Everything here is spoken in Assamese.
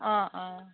অঁ অঁ